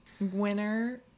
winner